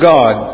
God